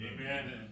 Amen